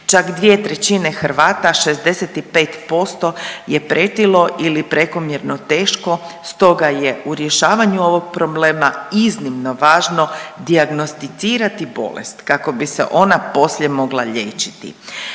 Čak dvije trećine Hrvata 65% je pretilo ili prekomjerno teško stoga je u rješavanju ovog problema iznimno važno dijagnosticirati bolest kako bi se ona poslije mogla liječiti.